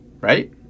right